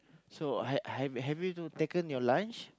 so ha~ ha~ have you two taken your lunch